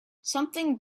something